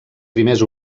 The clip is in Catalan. primers